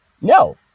no